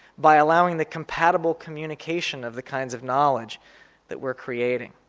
by allowing the compatible communication of the kinds of knowledge that we're creating.